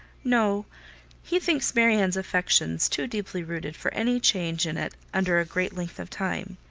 no he thinks marianne's affection too deeply rooted for any change in it under a great length of time,